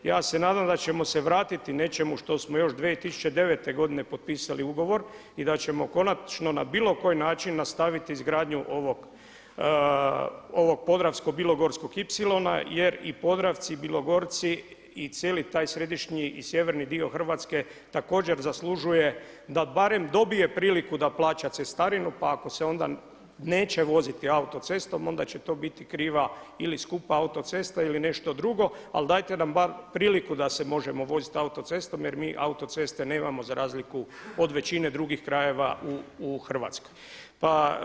Ja se nadam da ćemo se vratiti nečemu što smo još 2009. godine potpisali ugovor i da ćemo konačno na bilo koji način nastaviti izgradnju ovog podravsko-bilogorskog ipsilona jer i Podravci i bilogorci i cijeli taj središnji i sjeverni dio Hrvatske također zaslužuje da barem dobije priliku da plaća cestarinu pa ako se neće onda voziti autocestom onda će to biti kriva ili skupa autocesta ili nešto drugo, ali dajte nam bar priliku da se možemo voziti autocestom jer mi autoceste nemamo za razliku od većine drugih krajeva u Hrvatskoj.